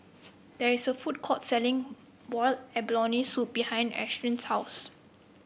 there is a food court selling Boiled Abalone Soup behind Ashlyn's house